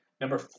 number